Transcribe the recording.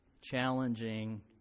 challenging